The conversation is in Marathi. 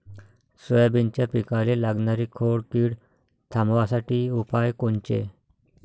सोयाबीनच्या पिकाले लागनारी खोड किड थांबवासाठी उपाय कोनचे?